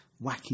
wacky